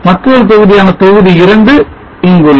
மற்றொரு தொகுதியான தொகுதி 2 இங்குள்ளது